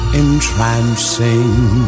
entrancing